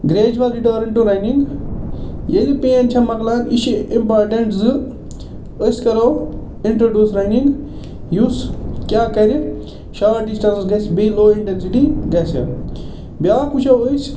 gradual return to running ییٚلہِ پین چھِ مَکلان یہِ چھِ اِمپاٹَنٹ زِ أسۍ کَرَو اِنٛٹَرڈوٗس رَنٛنِگ یُس کیٛاہ کَرِ شاٹ ڈِسٹَنٕس گژھِ لو اِنٹَنسِٹی گژھِ بیاکھ وٕچھَو أسۍ